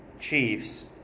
Chiefs